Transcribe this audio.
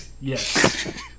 Yes